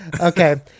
Okay